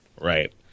Right